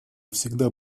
всегда